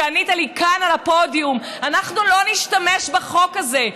ענית לי כאן על הפודיום: אנחנו לא נשתמש בחוק הזה,